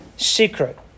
secret